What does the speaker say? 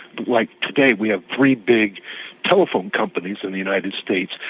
like today we have three big telephone companies in the united states,